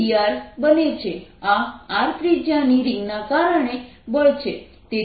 આ r ત્રિજ્યાની રિંગના કારણે બળ છે